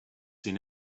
seen